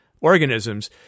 organisms—